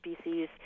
species